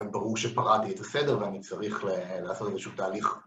ברור שפרעתי את הסדר ואני צריך לעשות איזשהו תהליך.